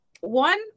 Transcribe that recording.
one